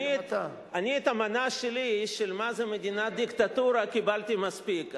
את המנה שלי של מה זה מדינה דיקטטורית קיבלתי מספיק,